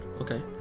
Okay